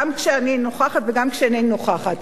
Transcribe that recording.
גם כשאני נוכחת וגם כשאינני נוכחת.